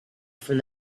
from